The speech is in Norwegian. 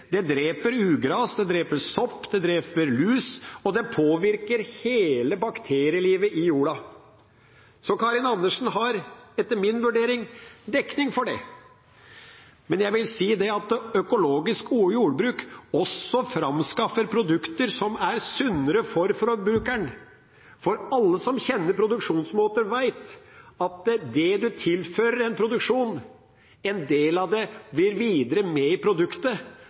Sprøytemidler dreper ugras, dreper sopp, dreper lus og påvirker hele bakterielivet i jorda. Så Karin Andersen har, etter min vurdering, dekning for det. Men jeg vil si at økologisk jordbruk også framskaffer produkter som er sunnere for forbrukeren. Alle som kjenner til produksjonsmåter, vet at en del av det en tilfører en produksjon, vil være med videre i produktet